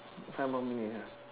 five more minute ah